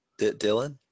Dylan